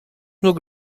nur